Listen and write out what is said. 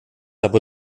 aber